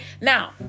Now